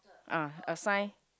ah a sign